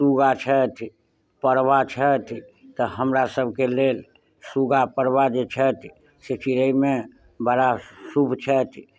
सूगा छथि पड़बा छथि तऽ हमरा सबके लेल सूगा पड़बा जे छथि से चिड़ैमे बड़ा शुभ छथि